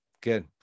Good